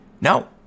No